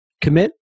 Commit